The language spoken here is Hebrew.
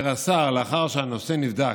אומר השר: לאחר שהנושא נבדק,